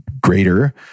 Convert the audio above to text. greater